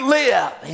live